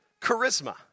Charisma